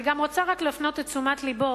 אני רוצה להפנות את תשומת לבו,